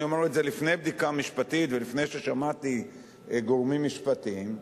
אני אומר את זה לפני בדיקה משפטית ולפני ששמעתי גורמים משפטיים,